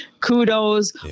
kudos